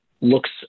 looks